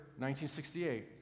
1968